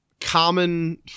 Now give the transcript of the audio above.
common